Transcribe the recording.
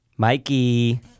Mikey